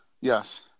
Yes